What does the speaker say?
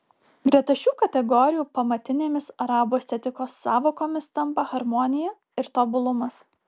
greta šių kategorijų pamatinėmis arabų estetikos sąvokomis tampa harmonija ir tobulumas